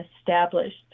established